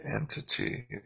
entity